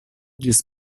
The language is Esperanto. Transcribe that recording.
ĝis